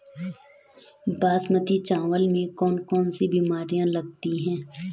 बासमती चावल में कौन कौन सी बीमारियां लगती हैं?